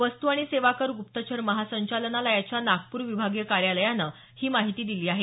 वस्तू आणि सेवा कर गुप्तचर महासंचालनालयाच्या नागपूर विभागीय कार्यालयानं याची माहिती दिली आहे